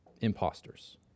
imposters